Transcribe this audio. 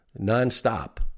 non-stop